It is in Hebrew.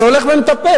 זה הולך ומטפס.